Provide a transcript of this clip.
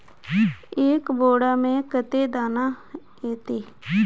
एक बोड़ा में कते दाना ऐते?